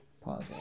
pause